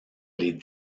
les